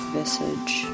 visage